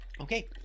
Okay